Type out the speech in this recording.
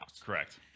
Correct